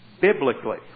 biblically